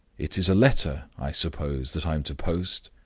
it is a letter, i suppose, that i am to post?